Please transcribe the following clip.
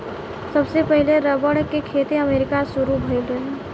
सबसे पहिले रबड़ के खेती अमेरिका से शुरू भईल रहे